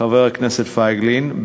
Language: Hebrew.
חבר הכנסת פייגלין,